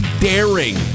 daring